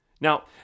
Now